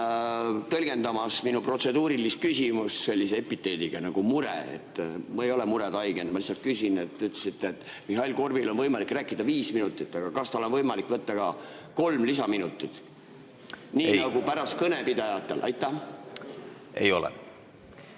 tõlgendamast minu protseduurilist küsimust sellise epiteediga nagu "mure". Ma ei ole muretaigen, ma lihtsalt küsin. Te ütlesite, et Mihhail Korbil on võimalik rääkida viis minutit. Aga kas tal on võimalik võtta ka kolm lisaminutit, nii nagu pärast kõnepidajatel? Ei ole.